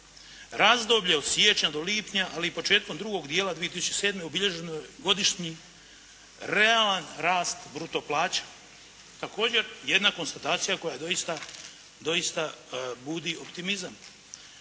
Razdoblje od siječnja do lipnja, ali i početkom drugog dijela 2007. obilježen je godišnji realan rast bruto plaća. Također jedna konstatacija koja doista budi optimizam.